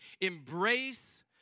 embrace